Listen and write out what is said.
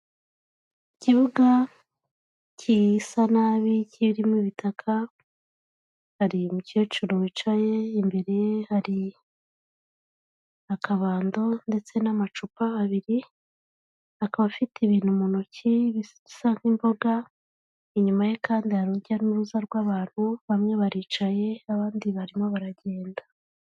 Ikibuga kisanabi kirimo ibitaka ari umukecuru wicaye imbere ye hari akabando ndetse n'amacupa abiri akaba afite ibintu mu ntoki bisa nk'imboga inyuma ye kandi hari rujya n'uruza rw'abantu bamwe baricaye abandi barimo baragenda.